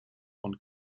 und